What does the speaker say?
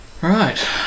right